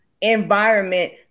environment